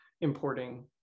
importing